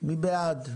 מי בעד?